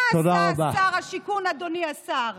מה עשה שר השיכון, אדוני השר?